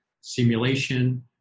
simulation